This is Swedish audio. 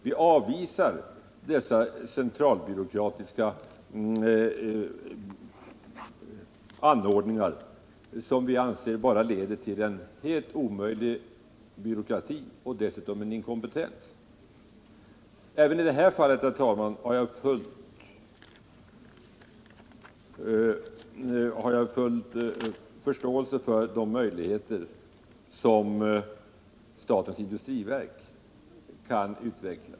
Vi avvisar däremot centralstyrningar som vi anser bara leder till en helt omöjlig byråkrati och dessutom till inkompetens i beslutsfattandet. Även i det här fallet, herr talman, har jag fullt förtroende för statens industriverks möjligheter att handla.